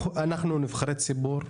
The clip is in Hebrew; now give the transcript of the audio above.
אנחנו נבחרי ציבור,